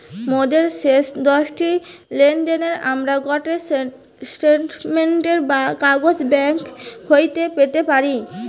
মোদের শেষ দশটি লেনদেনের আমরা গটে স্টেটমেন্ট বা কাগজ ব্যাঙ্ক হইতে পেতে পারি